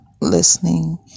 listening